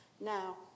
Now